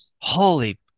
holy